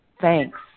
thanks